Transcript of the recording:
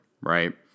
Right